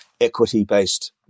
equity-based